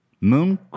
Moon